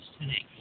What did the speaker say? today